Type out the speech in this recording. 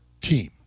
team